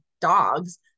dogs